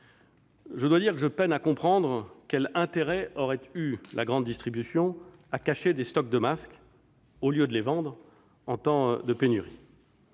Je dois dire que je peine à comprendre quel intérêt aurait eu la grande distribution à cacher des stocks de masques au lieu de les vendre en temps de pénurie.